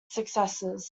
successors